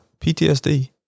PTSD